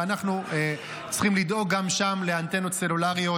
ואנחנו צריכים לדאוג גם שם לאנטנות סלולריות